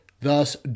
Thus